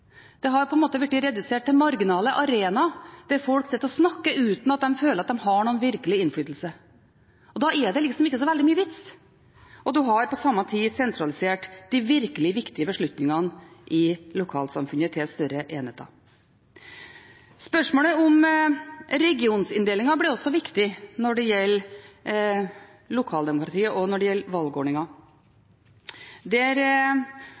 Det har på en måte blitt redusert til marginale arenaer, der folk sitter og snakker uten at de føler at de har noen virkelig innflytelse. Da er det ikke så veldig mye vits, og en har på samme tid sentralisert de virkelig viktige beslutningene i lokalsamfunnet til større enheter. Spørsmålet om regioninndeling blir også viktig når det gjelder lokaldemokratiet, og når det gjelder